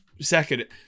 second